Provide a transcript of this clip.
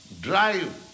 drive